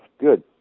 Good